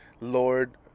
Lord